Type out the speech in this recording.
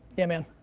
yeah, man.